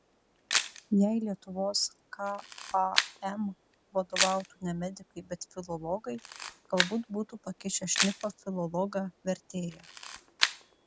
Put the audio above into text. jei lietuvos kam vadovautų ne medikai bet filologai galbūt būtų pakišę šnipą filologą vertėją